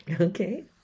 Okay